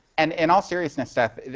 and in all seriousness, seth,